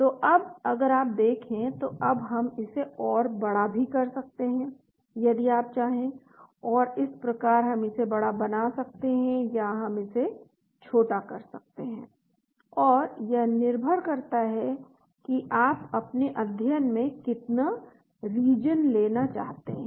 तो अब अगर आप देखें तो अब हम इसे और बड़ा भी कर सकते हैं यदि आप चाहें और इस प्रकार हम इसे बड़ा बना सकते हैं या हम इसे छोटा कर सकते हैं और यह निर्भर करता है कि आप अपने अध्ययन में कितना रीजन लेना चाहते हैं